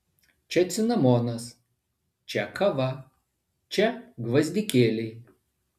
čia cinamonas čia kava čia gvazdikėliai